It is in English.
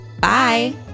Bye